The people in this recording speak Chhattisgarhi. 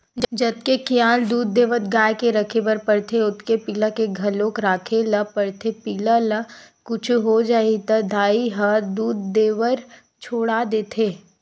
जतके खियाल दूद देवत गाय के राखे बर परथे ओतके पिला के घलोक राखे ल परथे पिला ल कुछु हो जाही त दाई ह दूद देबर छोड़ा देथे